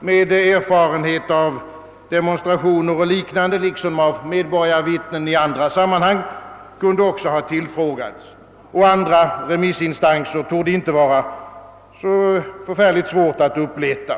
med erfarenhet av demonstrationer och liknande liksom av medborgarvittnen i andra sammanhang kunde också ha tillfrågats, och andra remissinstanser torde det inte vara så särskilt svårt att uppleta.